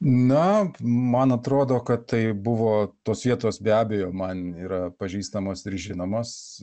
na man atrodo kad tai buvo tos vietos be abejo man yra pažįstamos ir žinomos